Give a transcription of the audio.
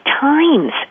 times